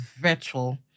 virtual